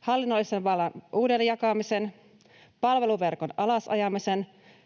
hallinnollisen vallan uudelleenjakamisen, palveluverkon alas ajamisen